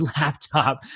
laptop